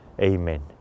Amen